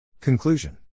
Conclusion